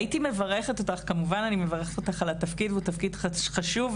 אני מברכת אותך על התפקיד והוא תפקיד חשוב,